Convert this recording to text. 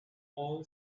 all